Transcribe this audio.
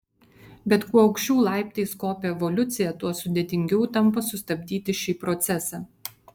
bet kuo aukščiau laiptais kopia evoliucija tuo sudėtingiau tampa sustabdyti šį procesą